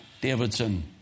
Davidson